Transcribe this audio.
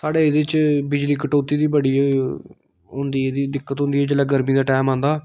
साढ़े एह्दे च बिजली कटौती दी बड़ी होंदी एह्दी दिक्कत होंदी ऐ जेल्लै गर्मी दा टैम आंदा